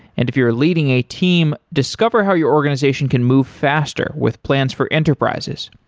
and if you're leading a team, discover how your organization can move faster with plans for enterprises.